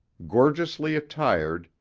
gorgeously attired,